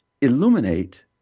illuminate